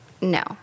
no